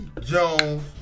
Jones